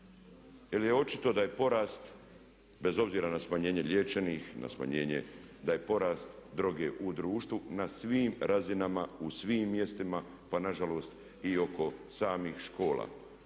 Jer je očito da je porast bez obzira na smanjenje liječenih, da je porast droge u društvu na svim razinama u svim mjestima pa nažalost i oko samih škola.